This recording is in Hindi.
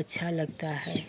अच्छा लगता है